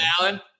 Alan